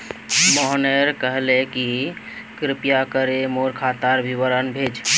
मनोहर कहले कि कृपया करे मोर खातार विवरण भेज